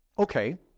Okay